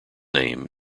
name